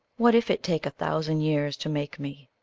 what if it take a thousand years to make me,